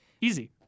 easy